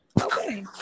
Okay